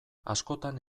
askotan